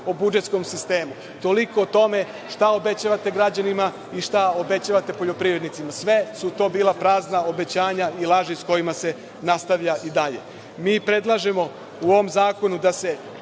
o budžetskom sistemu. Toliko o tome šta obećavate građanima i šta obećavate poljoprivrednicima. Sve su to bila obećanja i laži sa kojima se nastavlja i dalje. Mi predlažemo u ovom zakonu da se